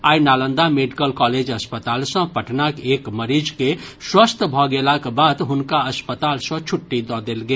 आइ Nalanda medical college अस्पताल सॅ पटनाक एक मरीज के स्वस्थ भऽ गेलाक बाद हुनका अस्पताल सॅ छुट्टी दऽ देल गेल